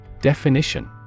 Definition